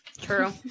True